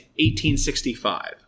1865